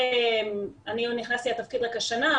אני נכנסתי לתפקיד רק השנה,